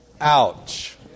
ouch